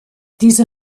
diese